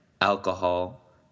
Alcohol